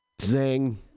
Zing